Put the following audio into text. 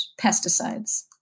pesticides